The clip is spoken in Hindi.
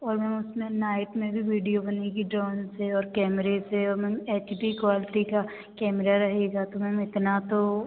और मैम उसमें नाइट में भी वीडियो बनेगी ड्रोन से और कैमरे से और मैम एच डी क्वालटी का कैमरा रहेगा तो मैम इतना तो